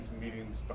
meetings